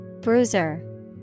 Bruiser